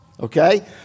Okay